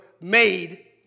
made